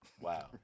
Wow